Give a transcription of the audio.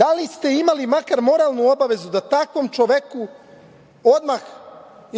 Da li ste imali makar moralnu obavezu da takvom čoveku odmah